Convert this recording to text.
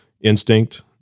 instinct